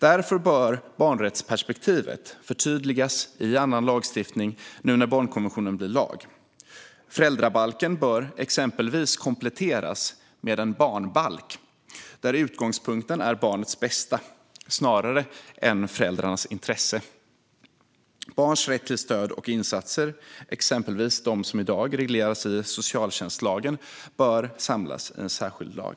Därför bör barnrättsperspektivet förtydligas i annan lagstiftning nu när barnkonventionen blir lag. Föräldrabalken bör exempelvis kompletteras med en barnbalk där utgångspunkten är barnets bästa snarare än föräldrarnas intresse. Barns rätt till stöd och insatser, exempelvis de som i dag regleras i socialtjänstlagen, bör samlas i en särskild lag.